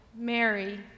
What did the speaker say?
Mary